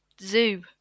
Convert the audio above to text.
zoo